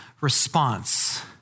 response